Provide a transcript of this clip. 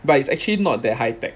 but it's actually not that high tech